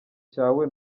cyawe